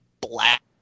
Black